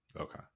okay